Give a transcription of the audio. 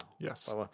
Yes